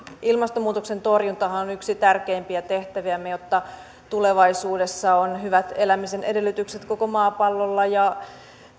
ilmastonmuutoksen torjuntahan on yksi tärkeimpiä tehtäviämme jotta tulevaisuudessa on hyvät elämisen edellytykset koko maapallolla ja